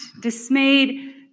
dismayed